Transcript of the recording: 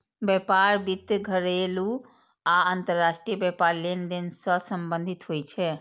व्यापार वित्त घरेलू आ अंतरराष्ट्रीय व्यापार लेनदेन सं संबंधित होइ छै